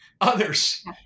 others